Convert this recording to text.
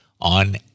on